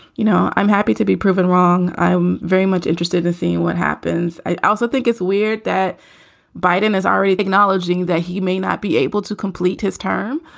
you know, i'm happy to be proven wrong. i'm very much interested to see and what happens. i also think it's weird that biden is already acknowledging that he may not be able to complete his term